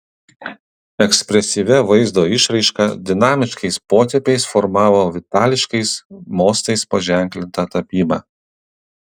ekspresyvia vaizdo išraiška dinamiškais potėpiais formavo vitališkais mostais paženklintą tapybą